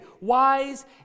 wise